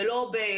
זה לא בצוללות,